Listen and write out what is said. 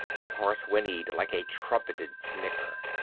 a horse whinnied like a trumpeted snicker.